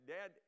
Dad